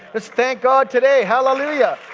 just thank god today. hallelujah!